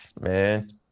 man